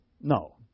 No